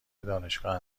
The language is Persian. دانشگاه